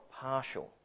partial